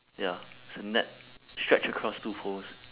ya it's a net stretched across two poles